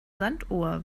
sanduhr